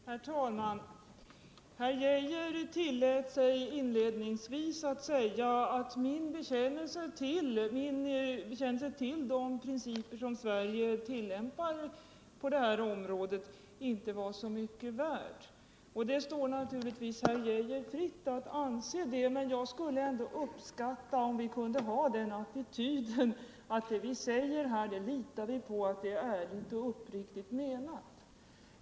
Herr talman! Herr Geijer tillät sig inledningsvis att säga att min bekännelse till de principer som Sverige tillämpar på detta område inte var så mycket värd. Det står naturligtvis herr Geijer fritt att anse det, men jag skulle ändå uppskatta om vi kunde inta den attityden att det vi säger här det litar vi på är ärligt och uppriktigt menat.